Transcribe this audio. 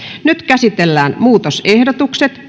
nyt käsitellään muutosehdotukset